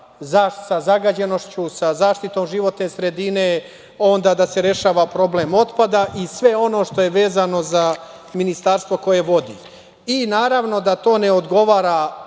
sa zagađenošću, sa zaštitom životne sredine, onda da se rešava problem otpada i sve ono što je vezano za Ministarstvo koje vodi. Naravno, da to ne odgovara